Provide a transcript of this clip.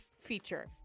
feature